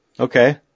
Okay